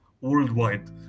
worldwide